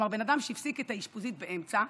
כלומר אדם שהפסיק את האשפוזית באמצע,